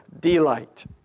delight